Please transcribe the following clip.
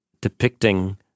depicting